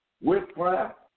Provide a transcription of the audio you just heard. witchcraft